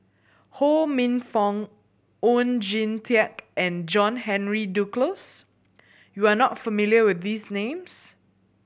Ho Minfong Oon Jin Teik and John Henry Duclos you are not familiar with these names